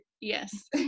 Yes